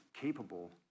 capable